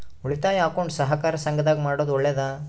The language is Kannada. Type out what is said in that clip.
ಉಳಿತಾಯ ಅಕೌಂಟ್ ಸಹಕಾರ ಸಂಘದಾಗ ಮಾಡೋದು ಒಳ್ಳೇದಾ?